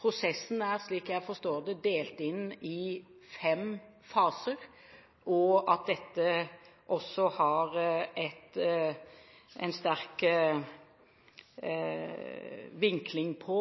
Prosessen er, slik jeg forstår det, delt inn i fem faser, og dette har også en sterk vinkling på